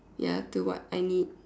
ya to what I need